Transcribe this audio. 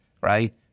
right